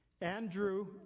Andrew